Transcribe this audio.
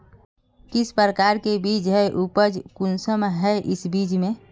किस प्रकार के बीज है उपज कुंसम है इस बीज में?